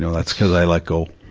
that's because i let go.